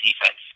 defense